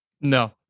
No